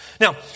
Now